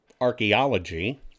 archaeology